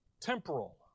temporal